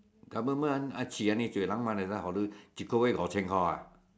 government hokkien